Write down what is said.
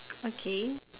okay